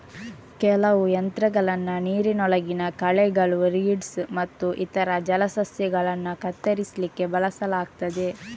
ಕೆಲವು ಯಂತ್ರಗಳನ್ನ ನೀರಿನೊಳಗಿನ ಕಳೆಗಳು, ರೀಡ್ಸ್ ಮತ್ತು ಇತರ ಜಲಸಸ್ಯಗಳನ್ನ ಕತ್ತರಿಸ್ಲಿಕ್ಕೆ ಬಳಸಲಾಗ್ತದೆ